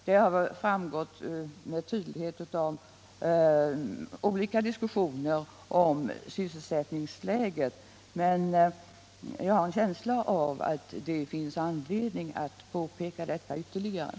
Det har med tydlighet framgått av olika diskussioner om sysselsättningsläget, men jag har en känsla av att det finns anledning att ytterligare påpeka detta.